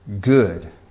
good